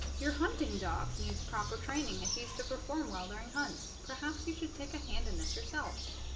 your hunting dog needs proper training if used to perform well during hunts perhaps you should take a hand in this yourself